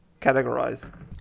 categorize